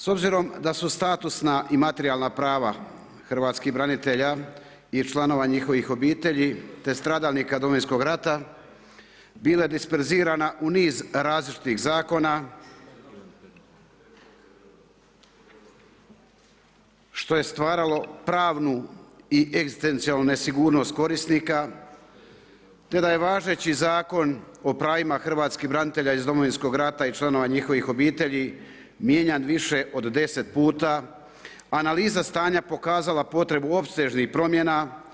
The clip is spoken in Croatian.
S obzirom da su statusna i materijalna prava hrvatskih branitelja i članova njihovih obitelji te stradalnika Domovinskog rata bila disperzirana u niz različitih zakona, što je stvaralo pravnu i egzistencijalnu nesigurnost korisnika te da je važeći Zakon o pravima hrvatskih branitelja iz Domovinskog rata i članova njihovih obitelji mijenjan više od deset puta, analiza stanja pokazala potrebu opsežnih promjena.